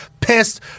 pissed